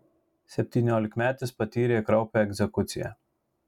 septyniolikmetis patyrė kraupią egzekuciją